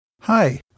Hi